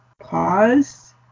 pause